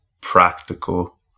practical